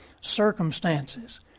Circumstances